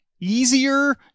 easier